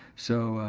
so,